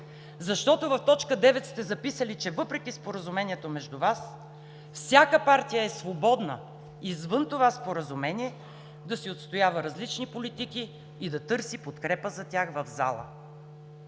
Защото в т. 9 сте записали, че въпреки споразумението между Вас, всяка партия е свободна извън това споразумение да си отстоява различни политики и да търси подкрепа за тях в залата.